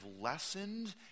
lessened